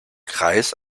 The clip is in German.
kreis